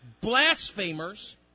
blasphemers